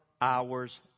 hours